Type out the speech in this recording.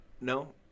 No